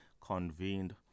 convened